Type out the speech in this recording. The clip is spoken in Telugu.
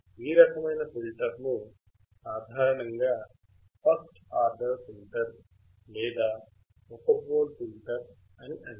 ఈ రకమైన ఫిల్టర్ను సాధారణంగా ఫస్ట్ ఆర్డర్ ఫిల్టర్ లేదా ఒక పోల్ ఫిల్టర్ అని అంటారు